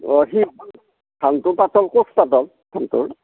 অঁ সেই ধানটো পাতল কোষ পাতল ধানটোৰ